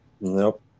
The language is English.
Nope